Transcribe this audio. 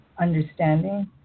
understanding